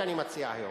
שאני מציע היום,